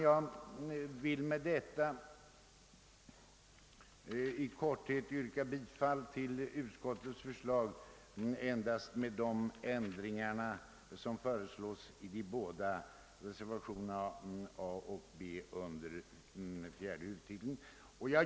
Jag vill med detta yrka bifall till utskottets hemställan med de ändringar som föreslås i reservationerna a och b under punkten 4.